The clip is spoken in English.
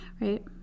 right